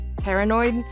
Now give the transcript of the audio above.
Paranoid